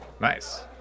Nice